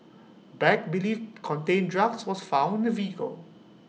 bag believed contain drugs was found the vehicle